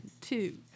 two